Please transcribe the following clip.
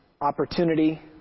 opportunity